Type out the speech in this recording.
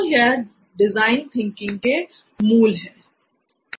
तो यह design thinking के मूल है